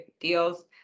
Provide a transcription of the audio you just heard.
deals